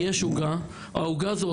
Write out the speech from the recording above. אני אומר שיש עוגה והעוגה הזאת,